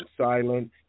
silent